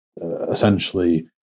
essentially